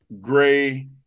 gray